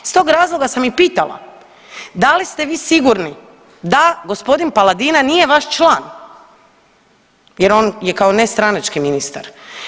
Iz tog razloga sam i pitala da li ste vi sigurni da g. Paladina nije vaš član jer on je kao nestranački ministar.